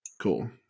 Cool